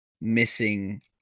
missing